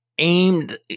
Aimed